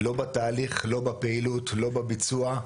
לא בתהליך, לא בפעילות, לביצוע,